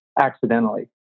accidentally